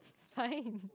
fine